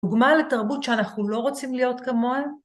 דוגמה לתרבות שאנחנו לא רוצים להיות כמוה.